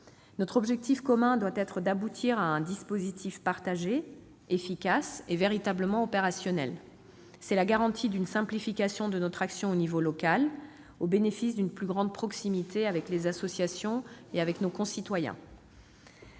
Notre objectif commun doit être d'aboutir à un dispositif partagé, efficace et véritablement opérationnel. C'est la garantie d'une simplification de notre action à l'échelon local, au bénéfice d'une plus grande proximité avec les associations et nos concitoyens.